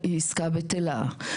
צריך בהחלט לאפשר את החלופה של כן לצאת מן